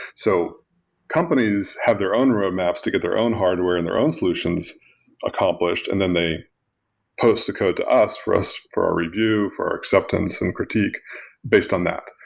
so companies have their own roadmaps to get their own hardware and their own solutions accomplished and then they post the code to us for us for our review, for our acceptance and critique based on that.